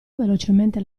velocemente